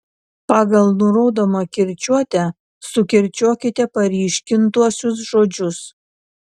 pagal nurodomą kirčiuotę sukirčiuokite paryškintuosius žodžius